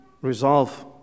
resolve